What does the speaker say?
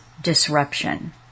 disruption